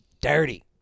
dirty